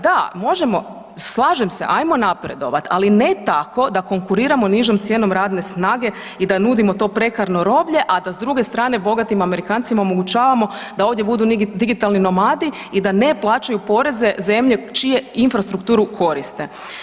Da, možemo, slažem se ajmo napredovati, ali ne tako da konkuriramo nižom cijenom radne snage i da nudimo to prekarno roblje, a da s druge strane bogatim Amerikancima omogućavamo da ovdje budu digitalni nomadi i da ne plaćaju poreze zemlje čiju infrastrukturu koriste.